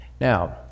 Now